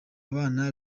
abana